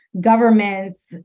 governments